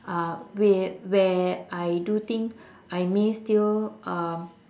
uh where where I do think I may still um